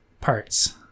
parts